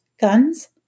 guns